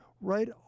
right